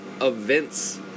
events